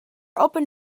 open